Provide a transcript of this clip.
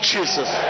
Jesus